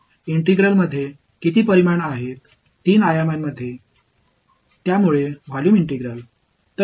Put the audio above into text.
integral முப்பரிமாணத்தில் உள்ளது எனவே இது கொள்ளளவு ஒருங்கிணைப்பு